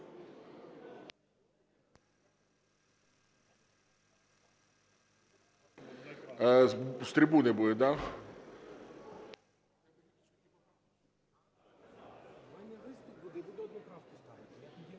З трибуни буде, да.